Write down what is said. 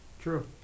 True